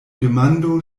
demando